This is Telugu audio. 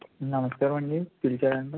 నమస్కారం అండి పిలిచారంట